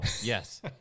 yes